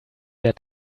der